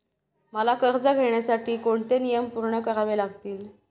मला कर्ज घेण्यासाठी कोणते नियम पूर्ण करावे लागतील?